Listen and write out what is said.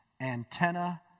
Antenna